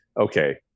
okay